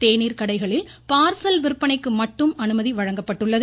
தேனீர் கடைகளில் பார்சல் விற்பனைக்கு மட்டும் அனுமதி வழங்கப்பட்டுள்ளது